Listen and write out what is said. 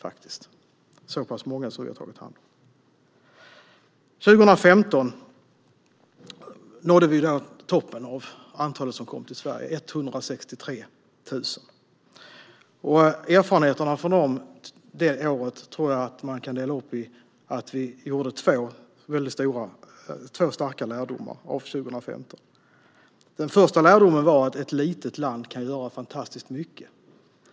Det är så pass många som vi har tagit hand om. År 2015 nådde vi toppen av antalet som kom till Sverige, 163 000. Erfarenheterna från det året kan man dela upp i att vi drog två starka lärdomar. Den första lärdomen var att ett litet land kan göra fantastiskt mycket.